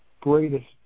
greatest